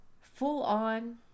full-on